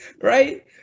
Right